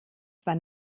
zwar